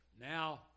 now